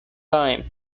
time